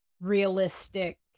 realistic